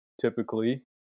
typically